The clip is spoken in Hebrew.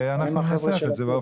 ואנחנו ננסח את זה.